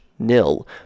nil